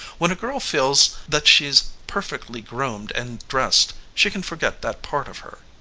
when a girl feels that she's perfectly groomed and dressed she can forget that part of her.